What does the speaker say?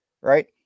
right